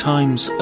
Times